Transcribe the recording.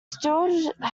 steward